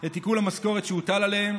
את עיקול המשכורת שהוטל עליהם